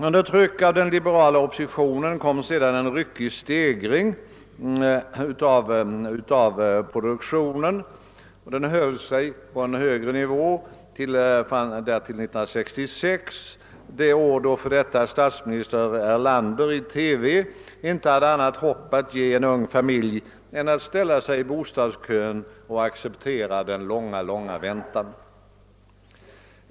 Under trycket av den liberala oppositionen kom sedan en ryckig stegring av produktionen, och den höll sig på en högre nivå fram till 1966, det år då f. d. statsministern Erlander i TV inte hade annat hopp att ge en ung familj än att ställa sig i bostadskön och acceptera den långa väntan.